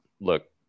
look